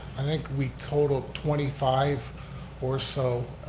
i think we total twenty five or so.